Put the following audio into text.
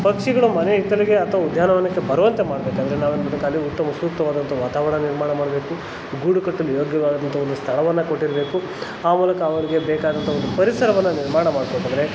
ಪಕ್ಷಿಗಳು ಮನೆ ಹಿತ್ತಲಿಗೆ ಅಥವಾ ಉದ್ಯಾನವನಕ್ಕೆ ಬರುವಂತೆ ಮಾಡಬೇಕಾದ್ರೆ ನಾವೇನ್ಮಾಡ್ಬೇಕು ಅದೇ ಉತ್ತಮ ಸೂಕ್ತವಾದಂಥ ವಾತಾವರಣ ನಿರ್ಮಾಣ ಮಾಡಬೇಕು ಗೂಡು ಕಟ್ಟಲು ಯೋಗ್ಯವಾದಂಥ ಒಂದು ಸ್ಥಳವನ್ನು ಕೊಟ್ಟಿರಬೇಕು ಆ ಮೂಲಕ ಅವುಗಳಿಗೆ ಬೇಕಾದಂಥ ಒಂದು ಪರಿಸರವನ್ನು ನಿರ್ಮಾಣ ಮಾಡ್ಬೇಕೆಂದ್ರೆ